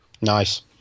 Nice